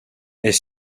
est